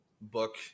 book